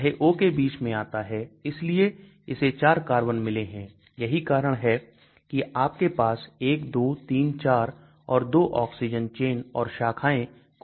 यह O बीच में आता है इसलिए इसे चार कार्बन मिले हैं यही कारण है कि आपके पास 1234 और दो ऑक्सीजन चेन और शाखाएं कोष्ठक में वर्णित हैं